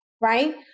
Right